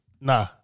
Nah